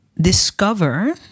discover